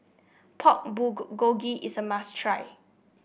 Pork is a must try